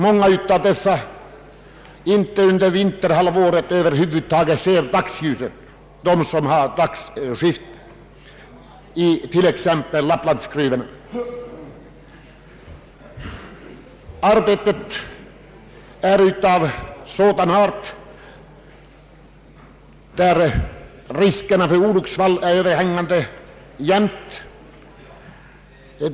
Många av dessa får under vinterhalvåret över huvud taget inte se dagsljuset, nämligen de som har dagskift i t.ex. Lapplandsgruvorna. Arbetet är också av sådan art att riskerna för olycksfall alltid är överhängande.